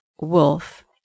wolf